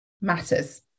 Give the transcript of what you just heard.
matters